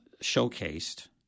showcased